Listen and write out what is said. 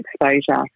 exposure